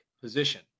position